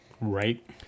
Right